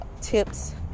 tips